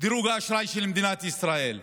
דירוג האשראי של מדינת ישראל.